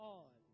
on